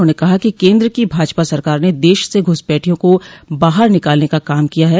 उन्होंने कहा कि केन्द्र की भाजपा सरकार ने देश से घुसपैठियों को बाहर निकालने का काम किया है